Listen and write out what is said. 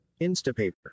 Instapaper